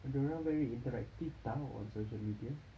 dia orang very interactive [tau] on social media